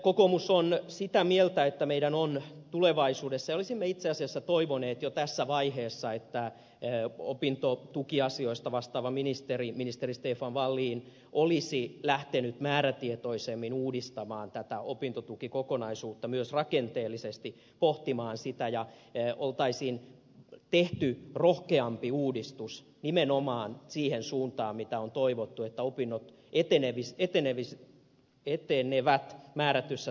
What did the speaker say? kokoomus on sitä mieltä että meidän on tulevaisuudessa uudistettava ja olisimme itse asiassa toivoneet jo tässä vaiheessa että opintotukiasioista vastaava ministeri ministeri stefan wallin olisi lähtenyt määrätietoisemmin uudistamaan tätä opintotukikokonaisuutta myös rakenteellisesti pohtimaan sitä ja oltaisiin tehty rohkeampi uudistus nimenomaan siihen suuntaan mitä on toivottu eli että opinnot etenevät määrätyssä tahdissa